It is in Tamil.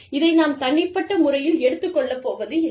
இதை நாம் தனிப்பட்ட முறையில் எடுத்துக் கொள்ளப் போவதில்லை